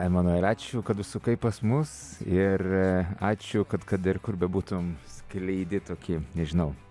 emanueli ačiū kad užsukai pas mus ir ačiū kad kad ir kur bebūtum skleidi tokį nežinau